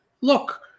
Look